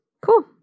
Cool